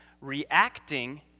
Reacting